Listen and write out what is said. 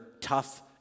tough